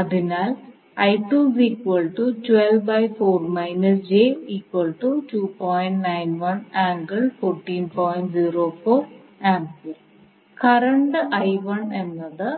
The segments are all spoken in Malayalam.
അതിനാൽ കറണ്ട് എന്നത്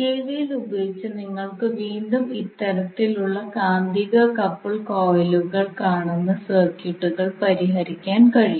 കെവിഎൽ ഉപയോഗിച്ച് നിങ്ങൾക്ക് വീണ്ടും ഇത്തരത്തിലുള്ള കാന്തിക കപ്പിൾഡ് കോയിലുകൾ കാണുന്ന സർക്യൂട്ടുകൾ പരിഹരിക്കാൻ കഴിയും